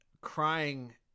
crying